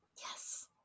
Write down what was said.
Yes